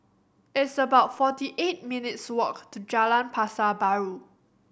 it's about forty eight minutes' walk to Jalan Pasar Baru